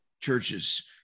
churches